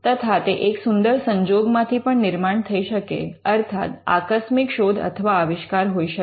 તથા તે એક સુંદર સંજોગમાંથી પણ નિર્માણ થઈ શકે અર્થાત આકસ્મિક શોધ અથવા આવિષ્કાર હોઈ શકે